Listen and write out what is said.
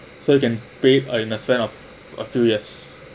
so can pay uh in a sense of a few years